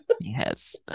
Yes